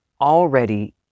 already